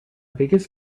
biggest